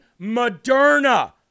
Moderna